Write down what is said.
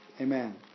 Amen